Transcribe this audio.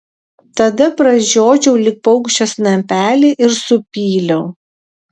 tada pražiodžiau lyg paukščio snapelį ir supyliau